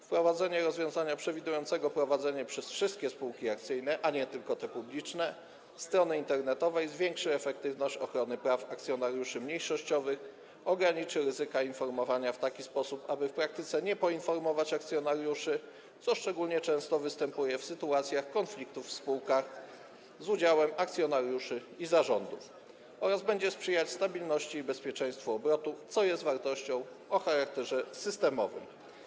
Wprowadzenie rozwiązania przewidującego prowadzenie przez wszystkie spółki akcyjne, a nie tylko te publiczne, strony internetowej zwiększy efektywność ochrony praw akcjonariuszy mniejszościowych, ograniczy ryzyka dotyczące informowania w taki sposób, aby w praktyce nie poinformować akcjonariuszy, co szczególnie często występuje w sytuacjach konfliktów w spółkach z udziałem akcjonariuszy i zarządów, oraz będzie sprzyjać stabilności i bezpieczeństwu obrotu, co jest wartością o charakterze systemowym.